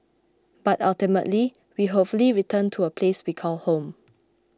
but ultimately we hopefully return to a place we call home